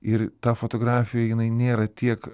ir ta fotografija jinai nėra tiek